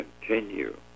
continue